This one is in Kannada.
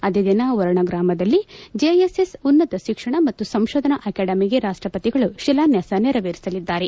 ಅದೇ ದಿನ ವರುಣ ಗ್ರಾಮದಲ್ಲಿ ಜೆಎಸ್ ಎಸ್ ಉನ್ನತ ಶಿಕ್ಷಣ ಮತ್ತು ಸಂಶೋಧನಾ ಆಕಾಡೆಮಿಗೆ ರಾಷ್ಟಪತಿಗಳು ಶಿಲಾನ್ಯಾಸ ನೆರವೇರಿಸಲಿದ್ದಾರೆ